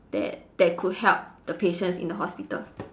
that that could help the patients in the hospital